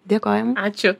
dėkojam ačiū